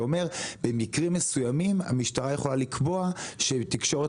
שאומר "במקרים מסוימים המשטרה יכולה לקבוע שהתקשורת